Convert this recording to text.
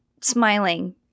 smiling